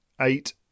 eight